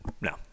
No